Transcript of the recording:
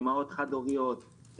אימהות חד-הוריות,